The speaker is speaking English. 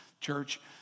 church